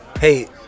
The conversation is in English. Hey